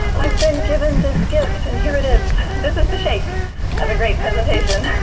i've been given this gift, and here it is, this is the shape of a great presentation.